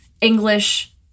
English